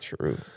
true